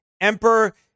Emperor